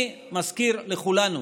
אני מזכיר לכולנו: